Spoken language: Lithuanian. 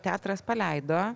teatras paleido